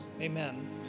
amen